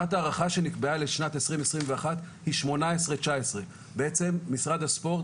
שנת הערכה שנקבעה לשנת 2021 היא 2018-2019. בעצם משרד הספורט